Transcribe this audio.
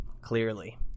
Clearly